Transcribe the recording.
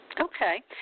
Okay